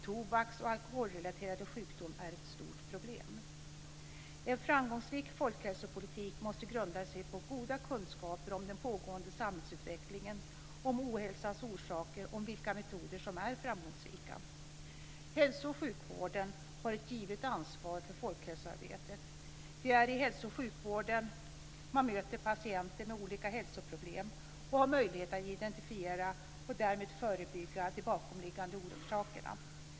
Tobaks och alkoholrelaterade sjukdomar är ett stort problem. En framgångsrik folkhälsopolitik måste grunda sig på goda kunskaper om den pågående samhällsutvecklingen, om ohälsans orsaker och om vilka metoder som är framgångsrika. Hälso och sjukvården har ett givet ansvar för folkhälsoarbetet. Det är i hälsooch sjukvården som man möter patienter med olika hälsoproblem och har möjlighet att identifiera och därmed förebygga de bakomliggande orsakerna.